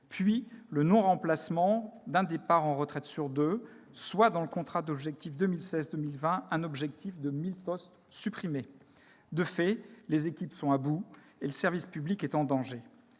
puis le non-remplacement d'un départ à la retraite sur deux, soit, dans le contrat d'objectifs 2016-2020, 1 000 suppressions de poste envisagées. De fait, les équipes sont à bout et le service public est en danger.